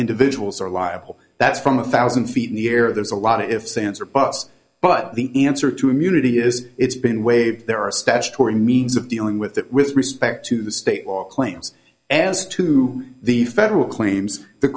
individuals are liable that's from a thousand feet in the air there's a lot of ifs ands or buts but the answer to immunity is it's been waived there are special tory means of dealing with it with respect to the state law claims as to the federal claims the